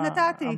ונתתי.